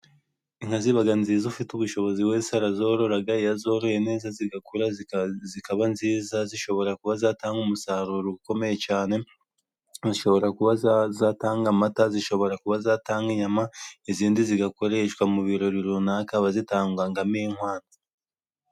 Inka ziba nziza, ufite ubushobozi wese arazorora, iyo azoroye neza, zigakura zikaba nziza, zishobora kuba zatanga umusaruro ukomeye cyane, zishobora kuba zatanga amata, zishobora kuba zatanga inyama, izindi zigakoreshwa mu birori runaka, bazitangamo inkwato.